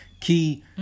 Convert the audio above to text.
key